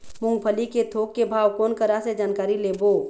मूंगफली के थोक के भाव कोन करा से जानकारी लेबो?